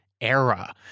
era